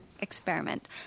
experiment